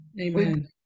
Amen